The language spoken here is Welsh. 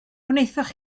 wnaethoch